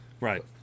Right